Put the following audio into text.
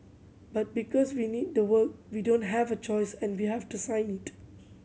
but because we need the work we don't have a choice and we have to sign it